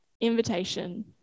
invitation